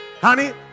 honey